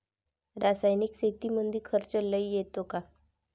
रासायनिक शेतीमंदी खर्च लई येतो का?